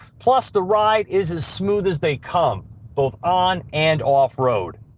plus, the ride is as smooth as they come both on and off road.